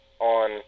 on